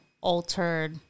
altered